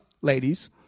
ladies